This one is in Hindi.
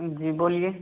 जी बोलिए